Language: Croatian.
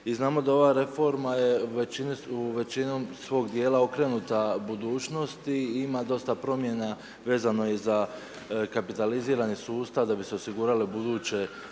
i znamo da ova reforma je većinom svog dijela okrenuta budućnosti i ima dosta promjena, vezano je i za kapitalizirani sustav, da bi se osigurali ubuduće,